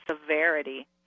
severity